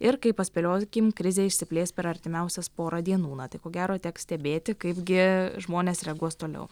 ir kaip paspėliokim krizė išsiplės per artimiausias porą dienų na tai ko gero teks stebėti kaip gi žmonės reaguos toliau